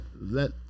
let